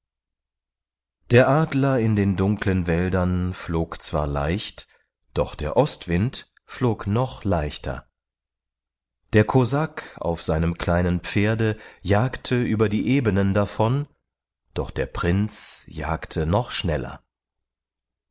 der adler in den dunkeln wäldern flog zwar leicht doch der ostwind flog noch leichter der kosak auf seinem kleinen pferde jagte über die ebenen davon doch der prinz jagte noch schneller